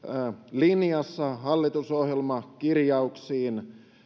linjassa hallitusohjelmakirjauksiin